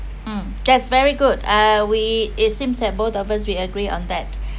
um that's very good uh we it seems at both of us we agree on that